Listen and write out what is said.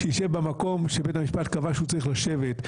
שישב במקום שבית המשפט קבע שהוא צריך לשבת.